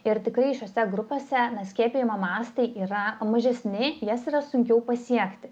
ir tikrai šiose grupėse skiepijimo mastai yra mažesni jas yra sunkiau pasiekti